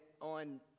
on